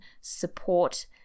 support